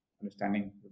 understanding